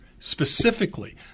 Specifically